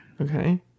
Okay